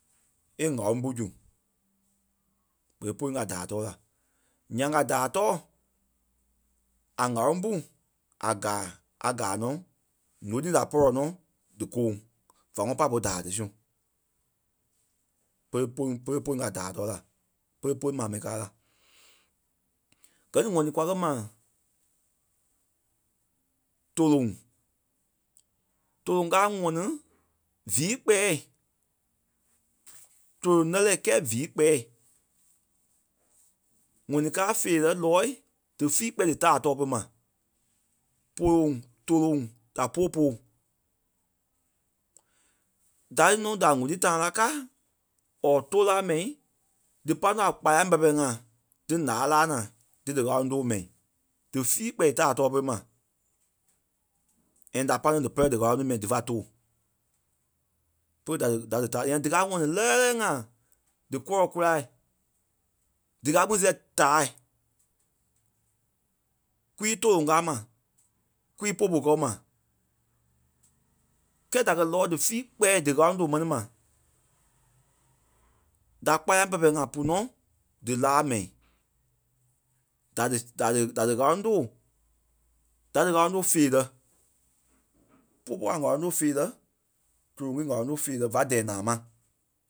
e ŋ̀áloŋ pú zu. Berei póni a daai tɔɔ la. Nyaŋ a daai tɔɔ a ŋ̀áloŋ pú a gaa a gaa nɔ ǹúu ti da pɔlɔ nɔ dí kɔɔ̂ŋ va ŋɔnɔ pa polu daai ti su. Pere poŋ pere poŋ a daai tɔɔ la. Pere poŋ ma mɛni kaa la. Gɛ ni ŋ̀ɔnii kwa kɛ́ ma tóloŋ. Tóloŋ kaa a ŋɔni vii kpɛɛ. Tóloŋ lɛ́lɛɛ kɛɛ vii kpɛɛ ŋ̀ɔnii káa feerɛ lɔɔ̂i dí fii kpɛɛ dí daai tɔɔ pere ma poyoŋ tóloŋ da popo. Da lí nɔ da ŋ̀úrui tãɣa laa kaa or tou láa mɛi dí pa nɔ a kpálaŋ pɛ-pɛlɛɛ ŋai dí laa laa naa dí dí ŋ̀áloŋ tóo mɛi dí fíi kpɛɛ taai tɔɔ pere ma. And da pai nɔ dí pɛlɛ dí ŋ̀áloŋ tí mɛi dífa tóo. Pe da- dí- da dí taai nia da káa a ŋɔni lɛ́lɛ lɛ́lɛɛ ŋai dí kɔlɔ kula. Dí ka kpîŋ seh taâi. Kwii tóloŋ kaa ma, kwii popo kɔɔ ma. Kɛɛ da kɛ̀ lɔɔ̂i dí fii kpɛɛ dí ŋ̀áloŋ tóo mɛni ma. Da kpálaŋ pɛ-pɛlɛ ŋai pú nɔ dí laa mɛi. Da dí- da dí- da dí ŋ̀áloŋ tóo. Da dí ŋ̀áloŋ tóo feerɛ. Popo a ŋ̀áloŋ tóo feerɛ tóloŋ í ŋ̀áloŋ tóo feerɛ va dɛɛ naa ma.